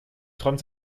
träumt